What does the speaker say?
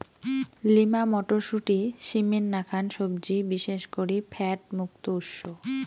lima মটরশুঁটি, সিমের নাকান সবজি বিশেষ করি ফ্যাট মুক্ত উৎস